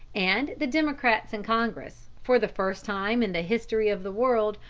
and the democrats in congress, for the first time in the history of the world,